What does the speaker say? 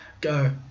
Go